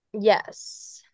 yes